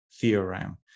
theorem